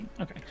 okay